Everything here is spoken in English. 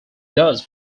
thus